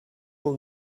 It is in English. will